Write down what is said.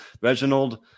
Reginald